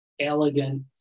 elegant